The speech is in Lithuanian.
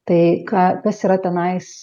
tai ką kas yra tenais